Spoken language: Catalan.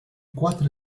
quatre